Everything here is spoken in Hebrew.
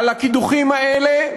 על הקידוחים האלה,